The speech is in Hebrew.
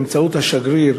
באמצעות השגריר